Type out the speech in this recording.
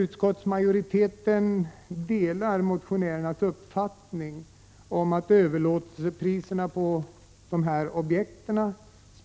Utskottsmajoriteten delar motionärernas uppfattning om att överlåtelsepriserna på dessa objekt